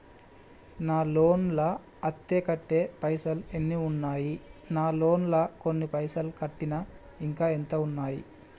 నా లోన్ లా అత్తే కట్టే పైసల్ ఎన్ని ఉన్నాయి నా లోన్ లా కొన్ని పైసల్ కట్టిన ఇంకా ఎంత ఉన్నాయి?